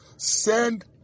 Send